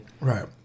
Right